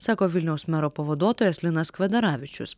sako vilniaus mero pavaduotojas linas kvedaravičius